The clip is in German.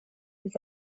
des